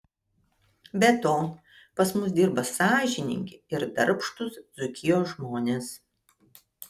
be to pas mus dirba sąžiningi ir darbštūs dzūkijos žmonės